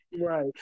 Right